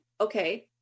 okay